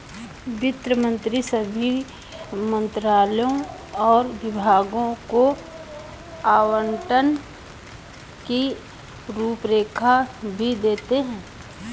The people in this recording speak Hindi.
वित्त मंत्री सभी मंत्रालयों और विभागों को आवंटन की रूपरेखा भी देते हैं